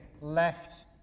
left